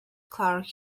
clarke